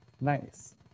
Nice